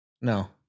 no